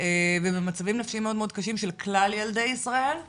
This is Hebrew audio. ועל מצבים נפשיים מאוד קשים של כלל ילדי ישראל,